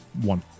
one